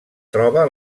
troba